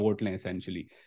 essentially